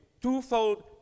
Twofold